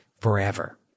Forever